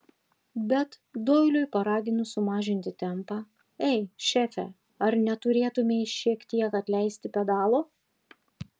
bet doiliui paraginus sumažinti tempą ei šefe ar neturėtumei šiek tiek atleisti pedalo